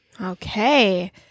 Okay